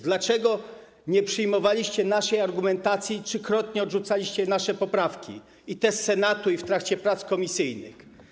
Dlaczego nie przyjmowaliście naszej argumentacji i trzykrotnie odrzucaliście nasze poprawki - i te z Senatu, i te w trakcie prac komisyjnych?